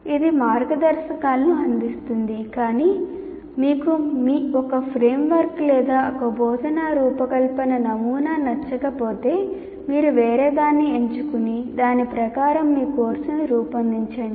ఇది మార్గదర్శకాలను అందిస్తుంది కానీ మీకు ఒక ఫ్రేమ్వర్క్ లేదా ఒక బోధనా రూపకల్పన నమూనా నచ్చకపోతే మీరు వేరేదాన్ని ఎంచుకుని దాని ప్రకారం మీ కోర్సును రూపొందించండి